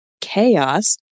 chaos